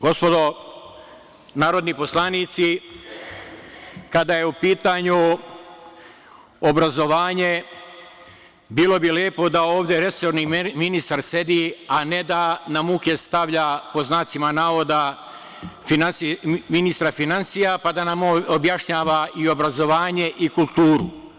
Gospodo, narodni poslanici, kada je u pitanju obrazovanje, bilo bi lepo da ovde resorni ministar sedi, a ne da na muke stavlja, pod znacima navoda, ministra finansija, pa da nam on objašnjava i obrazovanje i kulturu.